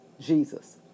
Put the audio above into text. Jesus